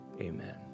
Amen